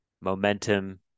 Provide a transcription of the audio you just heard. momentum